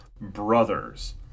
brothers